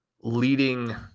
leading